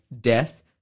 death